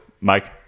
Mike